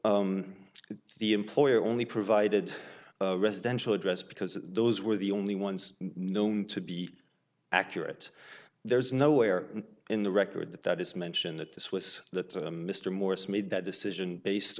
that the employer only provided a residential address because those were the only ones known to be accurate there is nowhere in the record that is mentioned that this was that mr morris made that decision based